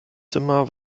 zimmer